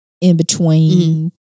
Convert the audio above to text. in-between